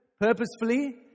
purposefully